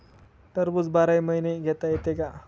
टरबूज बाराही महिने घेता येते का?